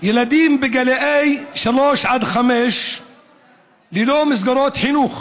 ילדים בגילי 3 5 ללא מסגרות חינוך